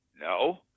No